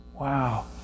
Wow